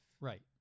right